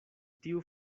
tiu